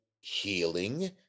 healing